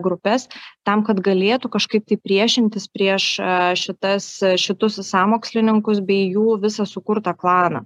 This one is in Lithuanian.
grupes tam kad galėtų kažkaip tai priešintis prieš šitas šitus sąmokslininkus bei jų visą sukurtą planą